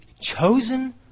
chosen